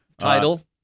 Title